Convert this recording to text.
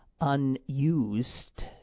unused